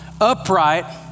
upright